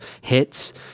hits